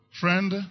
Friend